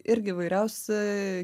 irgi įvairiausi